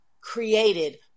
created